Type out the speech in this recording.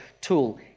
tool